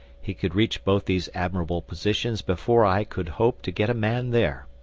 he could reach both these admirable positions before i could hope to get a man there.